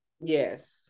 Yes